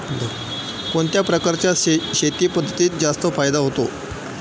कोणत्या प्रकारच्या शेती पद्धतीत जास्त फायदा होतो?